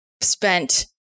spent